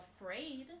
afraid